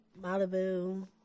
Malibu